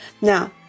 Now